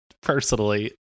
personally